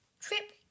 Trip